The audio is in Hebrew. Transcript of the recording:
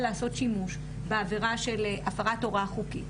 לעשות שימוש בעבירה של הפרת הוראה חוקית,